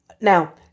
Now